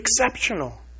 exceptional